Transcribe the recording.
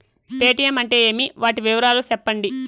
Paytm అంటే ఏమి, వాటి వివరాలు సెప్పండి?